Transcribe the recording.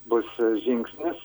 bus žingsnis